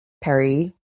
Perry